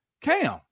cam